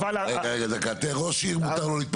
רגע, דקה, ראש עיר מותר לו.